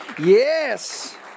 Yes